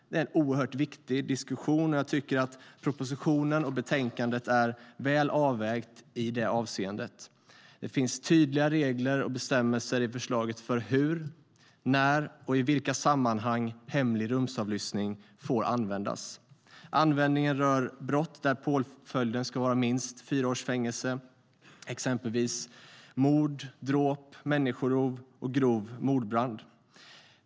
Det är en oerhört viktig diskussion. Jag tycker att propositionen och betänkandet är väl avvägda i det avseendet. Det finns tydliga regler och bestämmelser i förslaget för hur, när och i vilka sammanhang hemlig rumsavlyssning får användas. Användningen rör brott där påföljden ska vara minst fyra års fängelse, exempelvis mord, dråp, människorov och grov mordbrand.